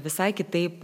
visai kitaip